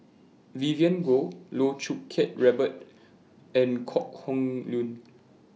Vivien Goh Loh Choo Kiat Robert and Kok Heng Leun